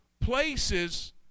places